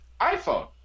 iPhone